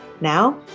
now